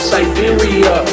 Siberia